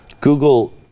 Google